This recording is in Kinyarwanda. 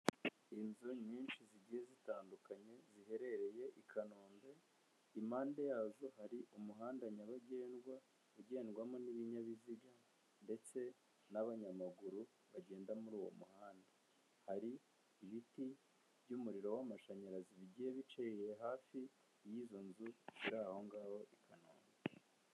Inzu nyinshi zigiye zitandukanye ziherereye i Kanombe impande yazo hari umuhanda nyabagendwa ugendwamo n'ibinyabiziga ndetse n'abanyamaguru bagenda muri uwo muhanda, hari ibiti by'umuriro w'amashanyarazi bigiye biciye hafi y'izo nzu ziri aho ngaho i Kanombe.